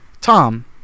Tom